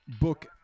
book